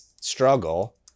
struggle